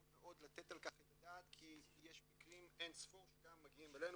מאוד לתת על כך את הדעת כי יש מקרים אין ספור שגם מגיעים אלינו,